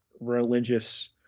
religious